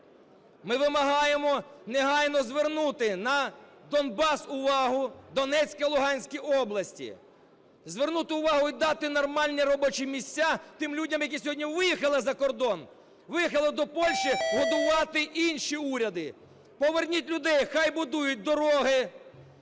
Ми вимагаємо негайно звернути на Донбас увагу, Донецьку і Луганську області. Звернути увагу і дати нормальні робочі місця тим людям, які сьогодні виїхали за кордон, виїхали до Польщі годувати інші уряди. Поверніть людей, хай будують дороги,